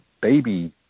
baby